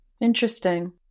Interesting